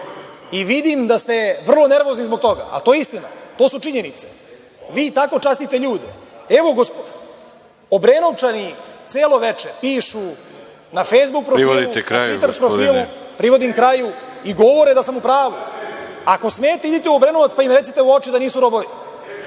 i vidim da ste vrlo nervozni zbog toga, ali to je istina, to su činjenice. Vi tako častite ljude. Evo, Obrenovčani celo veče pišu na fejsbuk profilu, na tviter profilu i govore da sam u pravu. Ako smete, idite u Obrenovac, pa im recite u oči da nisu robovi.